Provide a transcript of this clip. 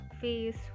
face